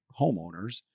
homeowners